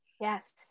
yes